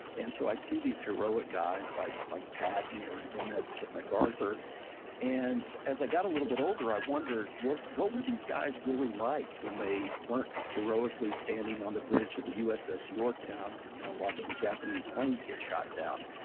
and so i'd see these heroic guys like like patton or nimitz or macarthur and as i got a little bit older, i wondered what what were these guys really like when they weren't heroically standing on the bridge of the uss yorktown you know watching japanese planes get shot down.